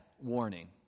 warning